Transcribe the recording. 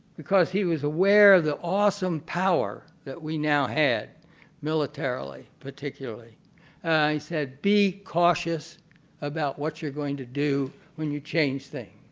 because he was aware of the awesome power that we now had militarily, particularly. he said be cautious about what you are going to do when you change things.